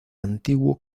antiguo